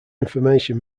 information